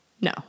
No